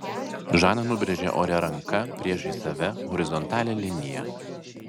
žana nubrėžė ore ranka priešais save horizontalią liniją